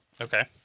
Okay